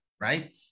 right